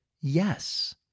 yes